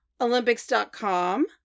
Olympics.com